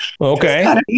Okay